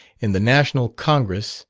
in the national congress,